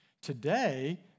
Today